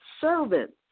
servants